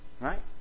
Right